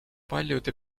paljude